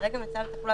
כרגע מצב התחלואה